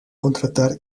contratar